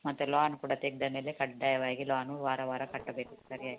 ಮತ್ತೆ ಲೋನ್ ಕೂಡ ತೆಗೆದ ಮೇಲೆ ಕಡ್ಡಾಯವಾಗಿ ಲೋನು ವಾರ ವಾರ ಕಟ್ಟಬೇಕು ಸರಿಯಾಗಿ